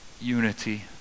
unity